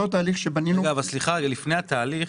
סליחה, לפני התהליך.